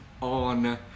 on